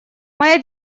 моя